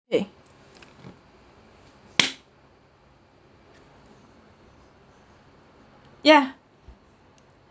kay yeah